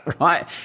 right